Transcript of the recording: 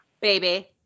baby